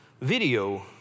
video